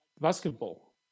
basketball